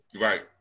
Right